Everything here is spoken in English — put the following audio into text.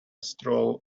stroll